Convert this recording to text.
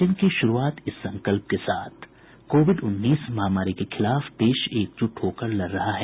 bulletin की शुरूआत से पहले ये संकल्प कोविड उन्नीस महामारी के खिलाफ देश एकजुट होकर लड़ रहा है